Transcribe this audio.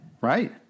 Right